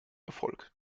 erfolg